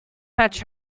fetch